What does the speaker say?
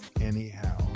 anyhow